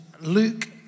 Luke